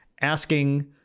asking